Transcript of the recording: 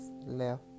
left